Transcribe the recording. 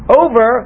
over